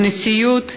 בנשיאות